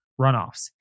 runoffs